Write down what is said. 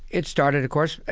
it started, of course,